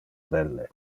belle